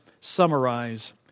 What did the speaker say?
summarize